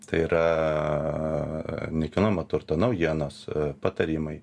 tai yra nekilnojamo turto naujienos patarimai